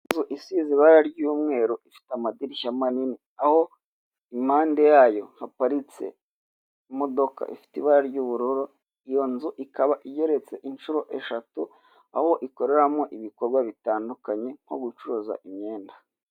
Inzu isize ibara ry'umweru, ifite amadirishya manini, aho impande yayo haparitse imodoka ifite ibara ry'ubururu, iyo nzu ikaba igereretse inshuro eshatu, aho ikoreramo ibikorwa bitandukanye nko gucuruza imyenda.